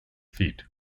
feet